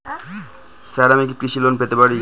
Sir আমি কি কৃষি লোন পেতে পারি?